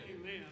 Amen